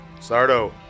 Sardo